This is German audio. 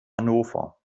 hannover